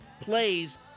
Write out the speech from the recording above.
plays